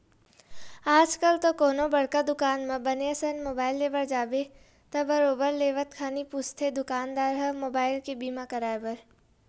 आजकल तो कोनो बड़का दुकान म बने असन मुबाइल ले बर जाबे त बरोबर लेवत खानी पूछथे दुकानदार ह मुबाइल के बीमा कराय बर